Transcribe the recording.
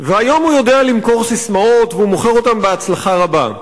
והיום הוא יודע למכור ססמאות והוא מוכר אותן בהצלחה רבה.